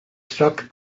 stuck